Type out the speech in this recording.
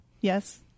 Yes